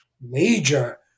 major